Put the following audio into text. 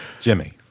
Jimmy